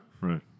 Right